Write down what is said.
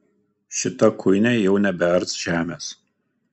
šita kuinė jau nebears žemės